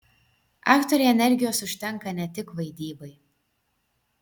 aktorei energijos užtenka ne tik vaidybai